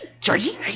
Georgie